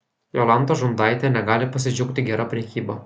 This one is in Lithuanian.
jolanta žundaitė negali pasidžiaugti gera prekyba